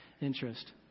interest